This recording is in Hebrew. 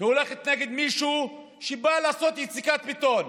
היא הולכת נגד מישהו שבא לעשות יציקת בטון,